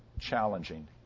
challenging